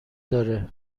داره